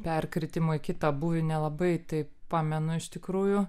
perkritimo į kitą būvį nelabai taip pamenu iš tikrųjų